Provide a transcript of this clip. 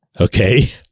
okay